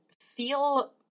feel